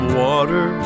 water